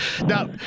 Now